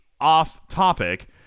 off-topic